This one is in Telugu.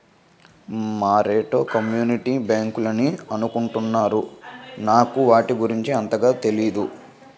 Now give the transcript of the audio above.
మరేటో కమ్యూనిటీ బ్యాంకులని అనుకుంటున్నారు నాకు వాటి గురించి అంతగా తెనీదు